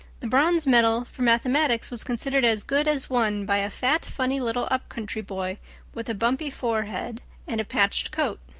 the bronze medal for mathematics was considered as good as won by a fat, funny little up-country boy with a bumpy forehead and a patched coat.